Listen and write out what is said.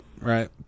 right